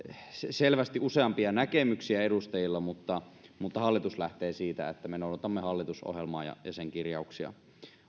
selvästi useampia näkemyksiä edustajilla mutta mutta hallitus lähtee siitä että me noudatamme hallitusohjelmaa ja ja sen kirjauksia